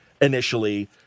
initially